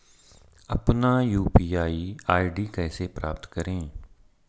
अपना UPI ID कैसे प्राप्त करें?